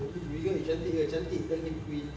ni cantik cantik tell him queen